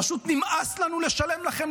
פשוט נמאס לנו לשלם לכם,